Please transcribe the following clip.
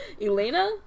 Elena